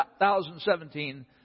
2017